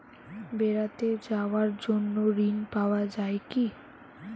বেড়াতে যাওয়ার জন্য ঋণ পাওয়া যায় কি?